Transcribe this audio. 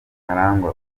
karangwa